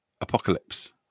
Apocalypse